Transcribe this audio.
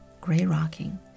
Gray-rocking